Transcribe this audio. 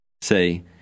say